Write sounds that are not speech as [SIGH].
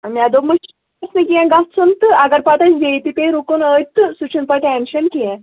مےٚ دوٚپ [UNINTELLIGIBLE] نہٕ کیٚنٛہہ گژھُن تہٕ اگر پَتہٕ اَسہِ بیٚیہِ تہِ پیٚیہِ رُکُن أتۍ تہٕ سُہ چھُنہٕ پَتہٕ ٹٮ۪نشَن کیٚنٛہہ